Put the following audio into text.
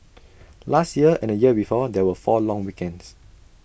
last year and the year before there were four long weekends